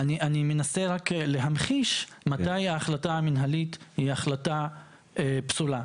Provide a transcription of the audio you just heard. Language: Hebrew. אני מנסה רק להמחיש מתי ההחלטה המנהלית היא החלטה פסולה.